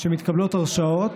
שמתקבלות הרשאות,